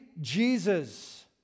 Jesus